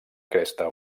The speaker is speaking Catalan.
cresta